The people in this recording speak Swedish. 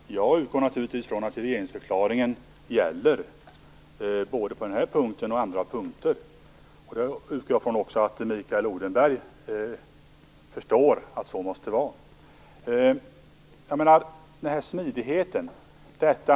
Fru talman! Jag utgår naturligtvis ifrån att regeringsförklaringen gäller både på denna punkten och på andra punkter. Jag utgår också från att Mikael Odenberg förstår att det måste vara så. Det talades om smidighet.